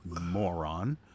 moron